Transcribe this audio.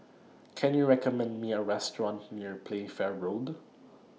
Can YOU recommend Me A Restaurant near Playfair Road